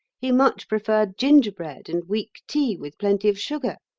he much preferred gingerbread and weak tea with plenty of sugar